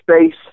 space